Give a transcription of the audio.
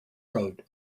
road